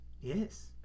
Yes